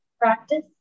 practice